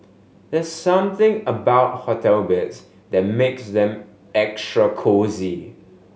there's something about hotel beds that makes them extra cosy